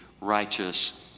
righteous